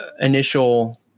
initial